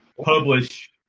publish